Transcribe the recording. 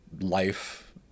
life